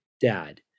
dad